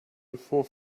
before